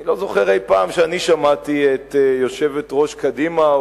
אני לא זוכר אי-פעם שאני שמעתי את יושבת-ראש קדימה,